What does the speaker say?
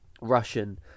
Russian